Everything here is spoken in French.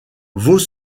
vaux